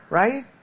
right